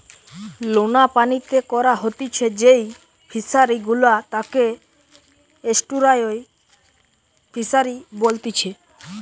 লোনা পানিতে করা হতিছে যেই ফিশারি গুলা তাকে এস্টুয়ারই ফিসারী বলেতিচ্ছে